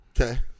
Okay